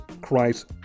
Christ